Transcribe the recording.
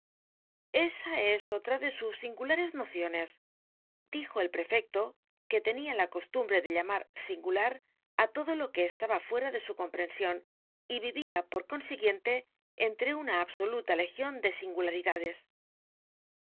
esa es otra de sus singulares nociones dijo el prefecto que tenía la costumbre de llamar singular á todo lo que estaba fuera de su comprensión y vivía por consiguiente entre una absoluta legión de singularidades